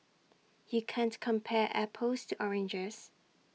you can't compare apples to oranges